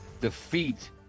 defeat